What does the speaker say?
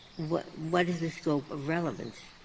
what what is the scope of relevance?